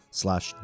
slash